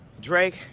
Drake